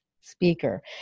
speaker